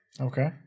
Okay